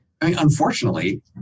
Unfortunately